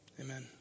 amen